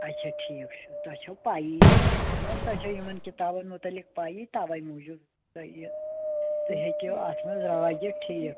آچھا ٹھیٖک چھُ تۄہہِ چھو پَیی اہن حظ توہہِ چھو یِمَن کِتابَن متعلق پَیی تَوے موجوٗب تہٕ یہِ تُہۍ ہیٚکِو اَتھ منٛز راے دِتھ ٹھیٖک